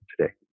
today